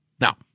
Now